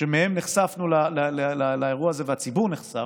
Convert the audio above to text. שדרכן נחשפנו לאירוע זה, הציבור נחשף,